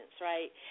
right